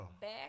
back